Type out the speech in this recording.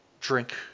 drink